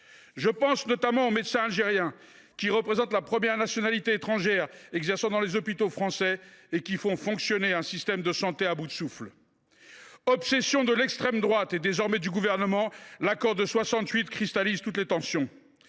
Je pense notamment aux médecins algériens – c’est la première nationalité étrangère exerçant dans les hôpitaux français – qui font fonctionner un système de santé à bout de souffle. Obsession de l’extrême droite et désormais du Gouvernement, l’accord de 1968 cristallise toutes les tensions.